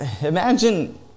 imagine